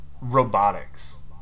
robotics